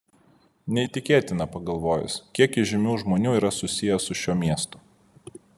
neįtikėtina pagalvojus kiek įžymių žmonių yra susiję su šiuo miestu